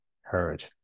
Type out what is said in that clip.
heard